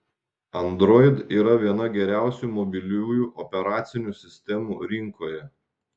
android yra viena geriausių mobiliųjų operacinių sistemų rinkoje